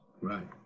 right